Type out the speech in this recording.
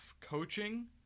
coaching